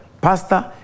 pastor